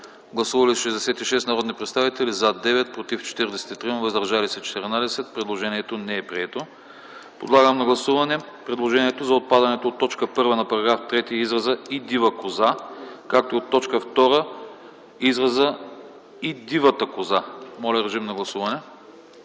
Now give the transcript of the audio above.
Гласували 66 народни представители: за 9, против 43, въздържали се 14. Предложението не е прието. Подлагам на гласуване предложението за отпадане от т. 1 на § 3 на израза „и дива коза”, както и от т. 2 на израза „и дивата коза”. Гласували